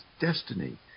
destiny